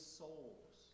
souls